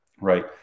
right